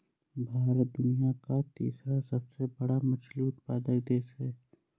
भारत दुनिया का तीसरा सबसे बड़ा मछली उत्पादक देश है